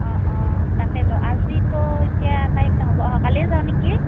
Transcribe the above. অঁ তাকেইতো আজিতো এতিয়া টাইম নহ'ব অহা কালিয়ে যাওঁ নেকি